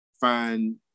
find